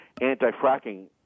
anti-fracking